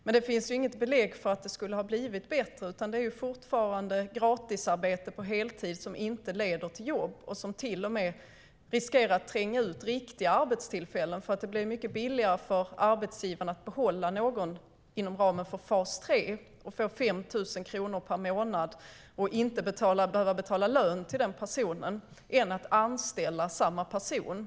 Men det finns inget belägg för att det skulle ha blivit bättre, utan det är fortfarande gratisarbete på heltid som inte leder till jobb och som till och med riskerar att tränga ut riktiga arbetstillfällen, för det blir mycket billigare för arbetsgivaren att behålla någon inom ramen för fas 3. Man får 5 000 kronor per månad och person och behöver inte betala någon lön, så det blir billigare än att anställa samma person.